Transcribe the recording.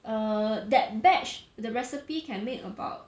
err that batch the recipe can make about